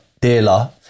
dealer